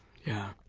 yeah.